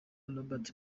robert